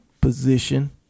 position